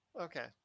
Okay